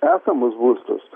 esamus būstus